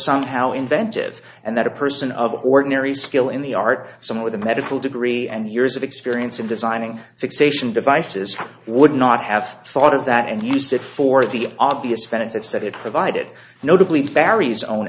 somehow inventive and that a person of ordinary skill in the art some with a medical degree and years of experience in designing fixation devices would not have thought of that and used it for the obvious benefits that it provided notably barry's o